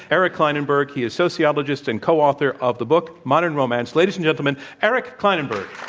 eric klinenberg. he is sociologist and co-author of the book, modern romance. ladies and gentlemen, eric klinenberg.